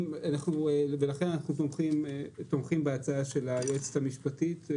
ולכן אנחנו תומכים בהצעה של היועצת המשפטית.